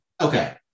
Okay